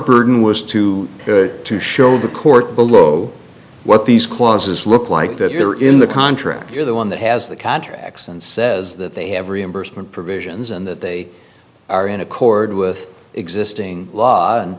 burden was too good to show the court below what these clauses look like that they're in the contract you're the one that has the contracts and says that they have reimbursement provisions and that they are in accord with existing law and